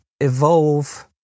evolve